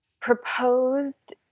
proposed